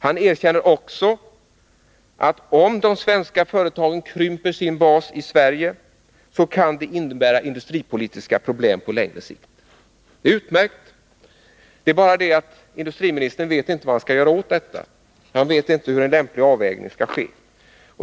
Han erkänner också att om de svenska företagen krymper sin bas i Sverige, kan det innebära industripolitiska problem på längre sikt — och det är utmärkt. Det är bara det att industriministern inte vet vad han skall göra åt detta. Han vet inte hur en lämplig avvägning skall ske.